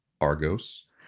Argos